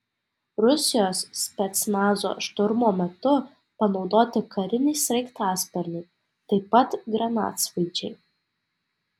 rusijos specnazo šturmo metu panaudoti kariniai sraigtasparniai taip pat granatsvaidžiai